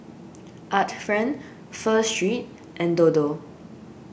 Art Friend Pho Street and Dodo